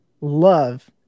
love